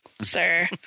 sir